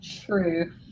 True